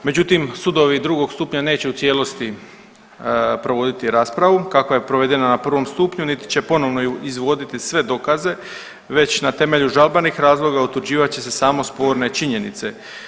Međutim, sudovi drugog stupnja neće u cijelosti provoditi raspravu kakva je provedena na prvom stupnju, niti će ponovno izvoditi sve dokaze već na temelju žalbenih razloga utvrđivat će se samo sporne činjenice.